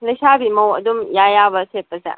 ꯂꯩꯁꯥꯕꯤ ꯃꯧ ꯑꯗꯨꯝ ꯏꯌꯥ ꯌꯥꯕ꯭ꯔꯥ ꯁꯦꯠꯄꯁꯦ